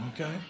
Okay